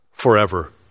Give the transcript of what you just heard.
forever